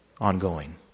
ongoing